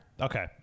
Okay